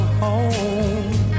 home